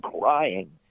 crying